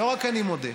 לא רק אני מודה,